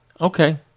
Okay